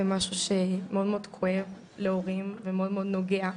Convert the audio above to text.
זה משהו שמאוד כואב להורים ומאוד נוגע.